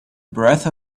breath